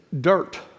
dirt